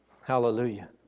Hallelujah